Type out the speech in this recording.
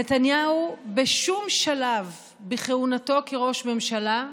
נתניהו, בשום שלב בכהונתו כראש ממשלה,